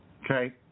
Okay